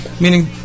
Meaning